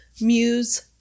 Muse